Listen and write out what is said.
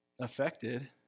affected